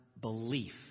belief